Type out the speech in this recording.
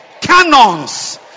canons